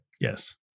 Yes